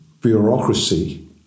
bureaucracy